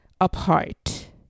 apart